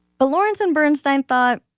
but lawrence and bernstein's thought